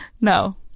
no